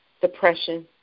depression